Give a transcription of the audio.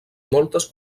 moltes